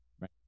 right